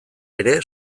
ere